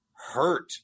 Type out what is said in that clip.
hurt